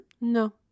no